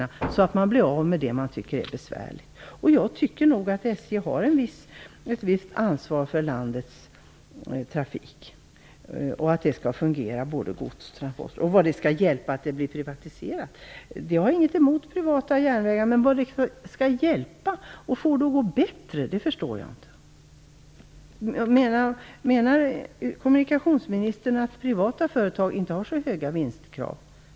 Det verkar som om man vill bli av med det man tycker är besvärligt. Jag tycker nog att SJ har ett visst ansvar för att landets godstransporter skall fungera. Man kan undra vad det skall hjälpa att det blir privatiserat. Jag har inget emot privata järnvägar. Men jag förstår inte hur det skall hjälpa till att få det att gå bättre. Menar kommunikationsministern att privata företag inte har så höga vinstkrav?